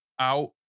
out